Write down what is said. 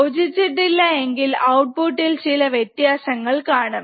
യോജിച്ചിട്ടില്ല എങ്കിൽ ഔട്ട്പുട് ഇൽ ചില വ്യത്യസങ്ങൾ കാണും